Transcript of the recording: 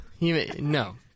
No